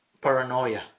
paranoia